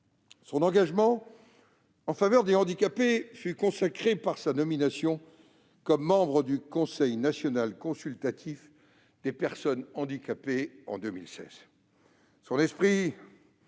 Son engagement en faveur des handicapés fut consacré par sa nomination, en 2014, comme membre du Conseil national consultatif des personnes handicapées. Sa curiosité d'esprit